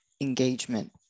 engagement